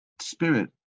spirit